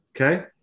okay